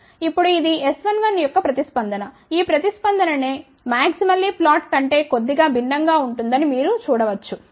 ఇప్పుడు ఇది S11 యొక్క ప్రతిస్పందన ఈ ప్రతిస్పందన మాక్సిమల్లీ ఫ్లాట్ కంటే కొద్దిగా భిన్నం గా ఉందని మీరు చూడ వచ్చు